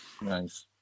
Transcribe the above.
Nice